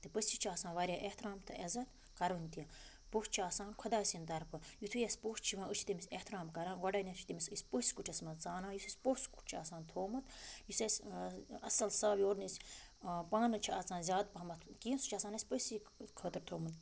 تہٕ پٔژھِس چھِ آسان واریاہ احترام تہٕ عزت کَرُن تہِ پوٚژھ چھُ آسان خۄداے سٕنٛدۍ طرفہٕ یُتھُے اَسہِ پوٚژھ چھِ یِوان أسۍ چھِ تٔمِس احترام کَران گۄڈٕنٮ۪تھ چھِ تٔمِس أسۍ پٔژھۍ کُٹھِس منٛز ژانان یُس اَسہِ پوٚژھ کُٹھ چھُ آسان تھوٚمُت یُس اَسہِ اَصٕل صاف یور نہٕ أسۍ پانہٕ چھِ اژان زیادٕ پَہمَتھ کیٚنٛہہ سُہ چھُ آسان اَسہِ پٔژھۍسی خٲطرٕ تھوٚمُت